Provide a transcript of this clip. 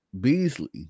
beasley